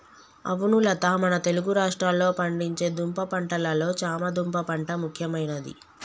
అవును లత మన తెలుగు రాష్ట్రాల్లో పండించే దుంప పంటలలో చామ దుంప పంట ముఖ్యమైనది